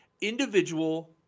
individual